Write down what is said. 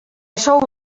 açò